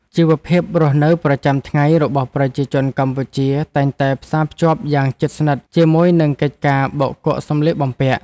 ជីវភាពរស់នៅប្រចាំថ្ងៃរបស់ប្រជាជនកម្ពុជាតែងតែផ្សារភ្ជាប់យ៉ាងជិតស្និទ្ធជាមួយនឹងកិច្ចការបោកគក់សម្លៀកបំពាក់។